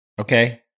Okay